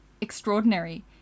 extraordinary